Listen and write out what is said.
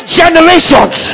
generations